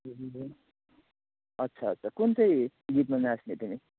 ए अच्छा अच्छा कुन चाहिँ गीतमा नाँच्ने तिमी